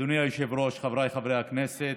אדוני היושב-ראש, חבריי חברי הכנסת,